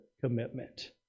commitment